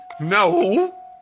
No